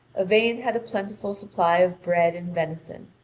yvain had a plentiful supply of bread and venison,